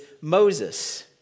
Moses